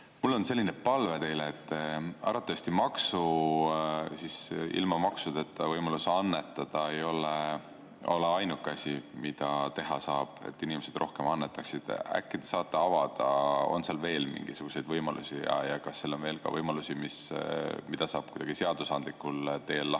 Mul on teile selline palve. Arvatavasti ilma maksudeta võimalus annetada ei ole ainuke asi, mida teha saab, et inimesed rohkem annetaksid. Äkki te saate avada, on seal veel mingisuguseid võimalusi? Kas seal on veel ka võimalusi, mida saab kuidagi seadusandlikul teel